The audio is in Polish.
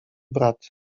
brat